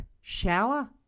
shower